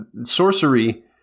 sorcery